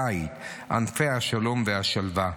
עלי זית, ענפי השלום והשלווה.